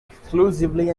exclusively